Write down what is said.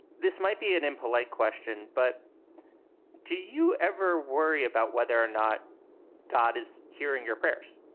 this might be an impolite question, but do you ever worry about whether or not god is hearing your prayers?